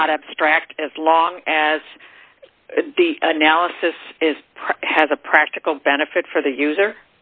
not abstract as long as the analysis has a practical benefit for the user